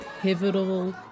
pivotal